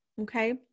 okay